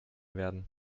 werden